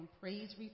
praise